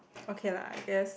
okay lah I guess